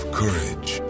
courage